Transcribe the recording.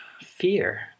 fear